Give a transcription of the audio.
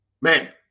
Man